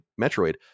Metroid